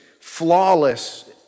flawless